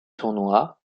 tournoi